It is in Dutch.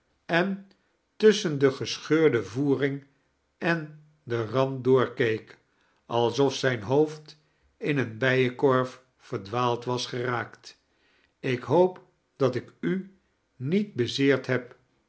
en tusschen de gesoheurde voering en den rand doorkeek alsof zijn hoofd in eene bijenkorf verdwaald was geraakt ik hoop dat ik u niet bezeerd heb